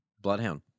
Bloodhound